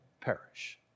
perish